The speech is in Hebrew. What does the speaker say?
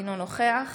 אינו נוכח